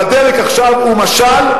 והדלק עכשיו הוא משל,